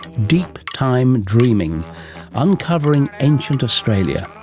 deep time dreaming uncovering ancient australia.